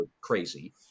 crazy